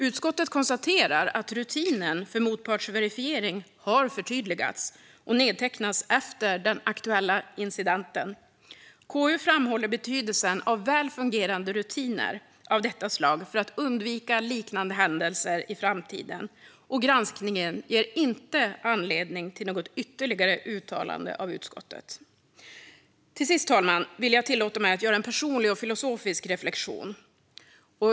Utskottet konstaterar att rutinen för motpartsverifiering har förtydligats och nedtecknats efter den aktuella incidenten. KU framhåller betydelsen av väl fungerande rutiner av detta slag för att undvika liknande händelser i framtiden, och granskningen ger inte anledning till något ytterligare uttalande av utskottet. Gransknings-betänkandeStatsråds tjänsteutöv-ning: vissa ärenden Till sist, fru talman, vill jag tillåta mig att göra en personlig och filosofisk reflektion.